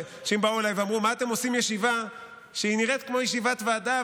אנשים באו אליי ואמרו: מה אתם עושים ישיבה שנראית כמו ישיבת ועדה,